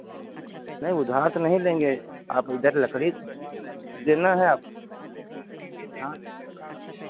नहीं उधार तो नहीं लेंगे आप इधर लकड़ी देना है आपको हाँ